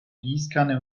gießkanne